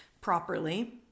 Properly